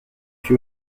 fut